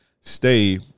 stay